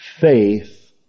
faith